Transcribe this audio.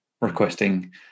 requesting